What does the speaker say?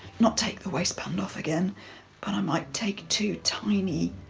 not take the waistband off again but i might take two tiny,